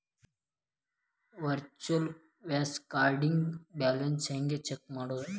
Virtual Visa ಕಾರ್ಡ್ನ್ಯಾಗ balance ಹೆಂಗ check ಮಾಡುದು?